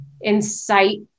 incite